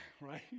Right